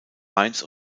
mainz